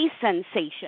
sensation